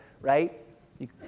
right